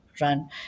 run